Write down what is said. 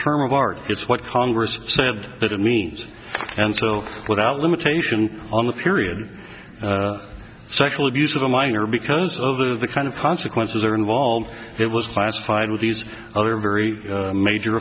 term of art it's what congress said that it means and so without limitation on the period sexual abuse of a minor because of the kind of consequences are involved it was classified with these other very major